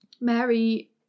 Mary